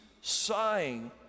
sighing